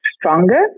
stronger